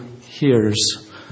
hears